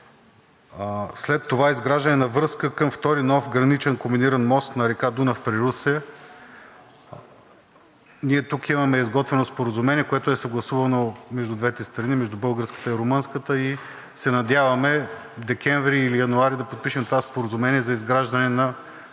След това изграждане на връзка към втори нов граничен комбиниран мост на река Дунав при Русе. Ние тук имаме изготвено споразумение, което е съгласувано между двете страни – между българската и румънската, и се надяваме декември или януари да подпишем това споразумение за изграждане на